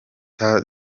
sibomana